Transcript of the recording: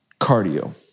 cardio